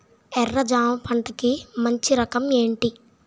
ఎర్ర జమ పంట కి మంచి రకం ఏంటి?